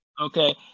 Okay